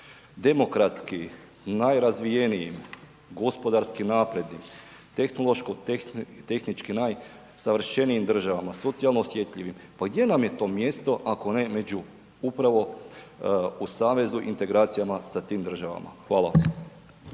demokratski najrazvijenijim, gospodarski naprednim, tehnološko-tehnički najsavršenijim državama, socijalno osjetljivim, pa gdje nam je to mjesto, ako ne među upravo u savezu i integracijama sa tim državama. Hvala.